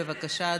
בבקשה,